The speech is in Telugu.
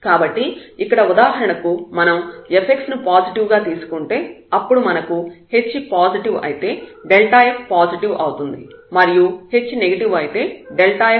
కాబట్టి ఇక్కడ ఉదాహరణకు మనం fx ను పాజిటివ్ గా తీసుకుంటే అప్పుడు మనకు h పాజిటివ్ అయితే f పాజిటివ్ అవుతుంది మరియు h నెగిటివ్ అయితే f నెగిటివ్ అవుతుంది